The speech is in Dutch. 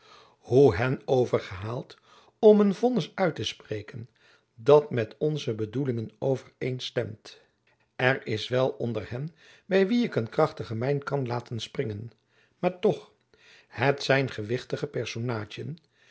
hoe hen overgehaald om een vonnis uit te spreken dat met onze bedoelingen overeenstemt er is er wel onder hen by wie ik een krachtige mijn kan laten springen maar toch het zijn gewichtige